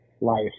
life